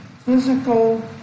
physical